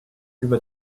über